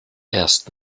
erst